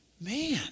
man